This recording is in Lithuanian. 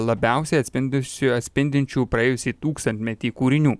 labiausiai atspindusių atspindinčių praėjusį tūkstantmetį kūrinių